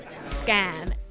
scam